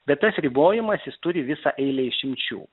bet tas ribojimasis turi visą eilę išimčių